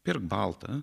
pirk baltą